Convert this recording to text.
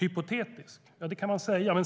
Ja, det kan man säga.